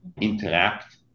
interact